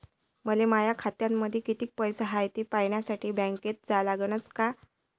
मले माया खात्यामंदी कितीक पैसा हाय थे पायन्यासाठी बँकेत जा लागनच का?